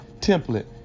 template